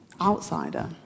outsider